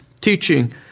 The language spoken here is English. teaching